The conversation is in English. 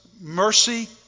mercy